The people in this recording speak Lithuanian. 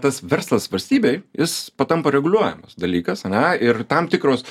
tas verslas valstybėj jis patampa reguliuojamas dalykas ane ir tam tikros